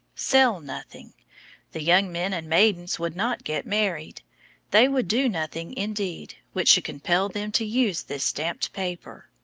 sell nothing the young men and maidens would not get married they would do nothing, indeed, which should compel them to use this stamped paper.